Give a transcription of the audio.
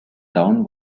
town